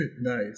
Nice